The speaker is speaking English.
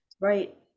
Right